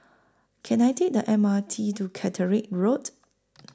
Can I Take The M R T to Caterick Road